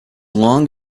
long